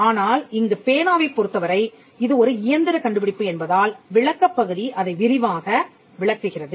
ஆனால் இங்கு பேனாவைப் பொருத்தவரை இது ஒரு இயந்திரக் கண்டுபிடிப்பு என்பதால் விளக்கப் பகுதி அதை விரிவாக விளக்குகிறது